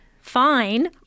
fine